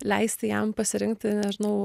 leisti jam pasirinkti nežinau